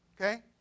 Okay